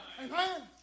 Amen